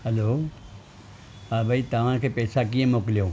hello हा भाई तव्हां खे पैसा कीअं मोकिलियूं